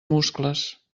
muscles